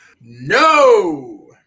No